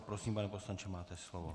Prosím, pane poslanče, máte slovo.